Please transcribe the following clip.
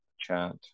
chat